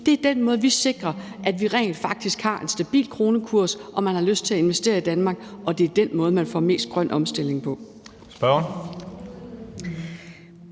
Det er den måde, hvorpå vi sikrer, at vi rent faktisk har en stabil kronekurs, og at man har lyst til at investere i Danmark, og det er den måde, man får mest grøn omstilling på.